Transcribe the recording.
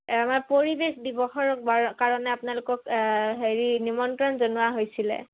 আমাৰ পৰিৱেশ দিৱসৰ কাৰণে আপোনালোকক হেৰি নিমন্ত্ৰণ জনোৱা হৈছিলে